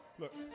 look